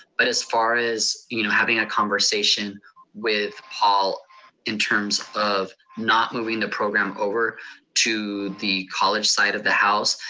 but as far as you know having a conversation with paul in terms of not moving the program over to the college side of the house,